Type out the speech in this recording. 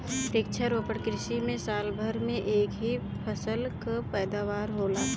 वृक्षारोपण कृषि में साल भर में एक ही फसल कअ पैदावार होला